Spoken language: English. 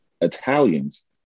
Italians